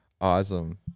awesome